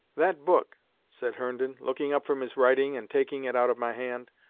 that book said herndon, looking up from his writing and taking it out of my hand.